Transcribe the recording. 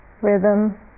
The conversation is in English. rhythm